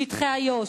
שטחי איו"ש.